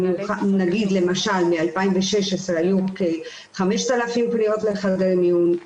למשל ב-2016 היו כ-5,000 פניות לחדרי מיון,